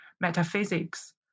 metaphysics